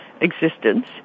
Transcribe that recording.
existence